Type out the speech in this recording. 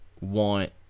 want